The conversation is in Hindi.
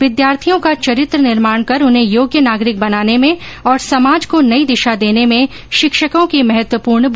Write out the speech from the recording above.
विद्यार्थियों का चरित्र निर्माण कर उन्हें योग्य नागरिक बनाने में और समाज को नई दिशा देने में शिक्षकों की महत्वपूर्ण भूमिका है